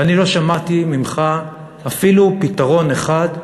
ואני לא שמעתי ממך אפילו פתרון אחד,